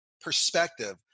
perspective